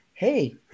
Hey